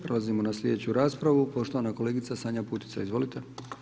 Prelazimo na sljedeću raspravu, poštovana kolegica Sanja Putica, izvolite.